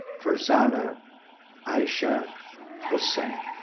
ferzana aeysha hossain.